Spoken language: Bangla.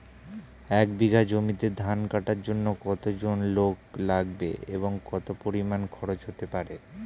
এক বিঘা জমিতে ধান কাটার জন্য কতজন লোক লাগবে এবং কত পরিমান খরচ হতে পারে?